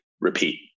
repeat